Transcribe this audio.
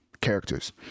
characters